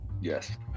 yes